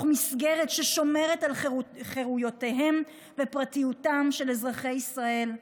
מסגרת ששומרת על חירויותיהם ופרטיותם של אזרחי ישראל,